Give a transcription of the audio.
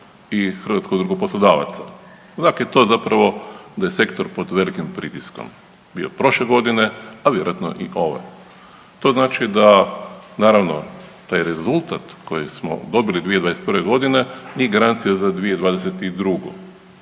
i Obrtničku komoru i HUP, … to zapravo da je sektor pod velikim pritiskom bio prošle godine, a vjerojatno i ove. To znači da naravno, taj rezultat koji smo dobili 2021. godine nije garancija za 2022. i